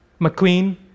McQueen